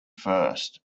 first